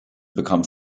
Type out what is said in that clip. become